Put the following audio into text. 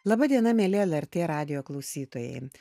laba diena mieli lrt radijo klausytojai